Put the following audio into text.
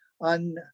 on